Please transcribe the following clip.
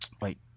Wait